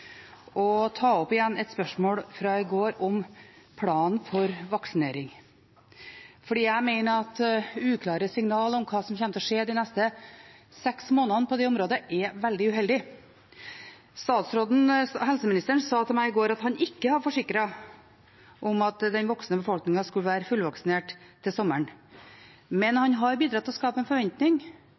og ta opp igjen et spørsmål fra i går: planen for vaksinering. Jeg mener at uklare signaler om hva som kommer til å skje de neste seks månedene på det området, er veldig uheldig. Helseministeren sa til meg i går at han ikke hadde forsikret om at den voksne befolkningen skulle være fullvaksinert til sommeren, men han har bidratt til å skape en forventning.